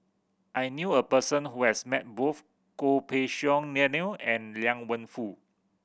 I knew a person who has met both Goh Pei Siong Daniel and Liang Wenfu